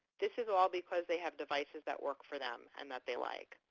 this is all because they have devices that work for them and that they like.